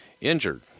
injured